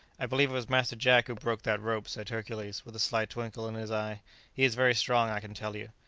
i believe it was master jack who broke that rope, said hercules, with a sly twinkle in his eye he is very strong, i can tell you.